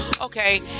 Okay